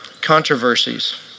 controversies